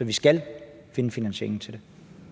at vi skal finde finansieringen til det?